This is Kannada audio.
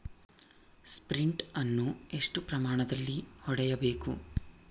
ಸ್ಪ್ರಿಂಟ್ ಅನ್ನು ಎಷ್ಟು ಪ್ರಮಾಣದಲ್ಲಿ ಹೊಡೆಯಬೇಕು?